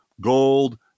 gold